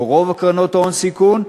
או רוב קרנות הון סיכון,